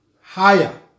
higher